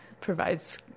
provides